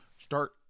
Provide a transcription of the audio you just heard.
Start